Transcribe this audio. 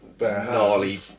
Gnarly